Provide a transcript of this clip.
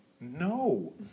No